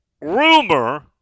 Rumor